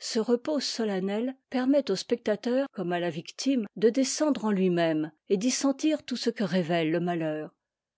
ce repos solennel permet au spectateur comme à la victime de descendre en tui mëme et d'y sentir tout ce que révèle le malheur